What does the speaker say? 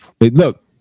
Look